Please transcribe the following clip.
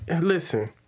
Listen